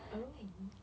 oh